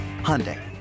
Hyundai